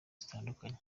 zitandukanye